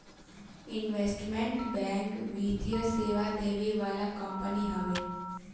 investment bank वित्तीय सेवा देवे वाला कंपनी हवे